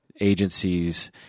agencies